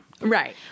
Right